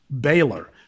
Baylor